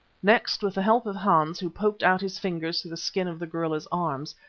next with the help of hans who poked out his fingers through the skin of the gorilla's arms,